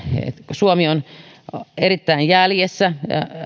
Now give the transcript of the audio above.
suomi on tässä erittäin jäljessä